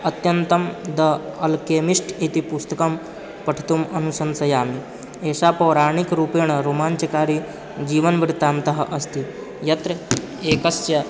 अत्यन्तं the Alchemist इति पुस्तकं पठितुम् अनुसंशयामि एषा पौराणिकरूपेण रोमाञ्चकारी जीवनवृतान्तः अस्ति यत्र एकस्य